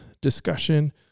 discussion